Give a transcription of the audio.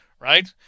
right